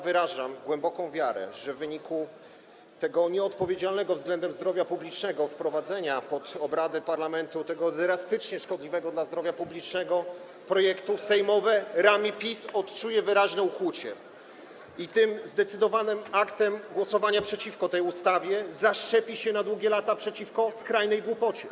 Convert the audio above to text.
Wyrażam głęboką wiarę, że w wyniku tego nieodpowiedzialnego względem zdrowia publicznego wprowadzenia pod obrady parlamentu tego drastycznie szkodliwego dla zdrowia publicznego projektu, sejmowe ramię PiS odczuje wyraźne ukłucie i tym zdecydowanym aktem głosowania przeciwko tej ustawie zaszczepi się na długie lata przeciwko skrajnej głupocie.